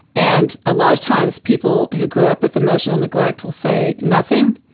and a lot of times people who grew up with emotional neglect will say, nothing,